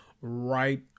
right